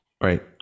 Right